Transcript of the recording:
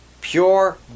Pure